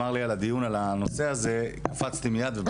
אמר לי על הדיון הזה קפצתי מיד ובאתי לפה.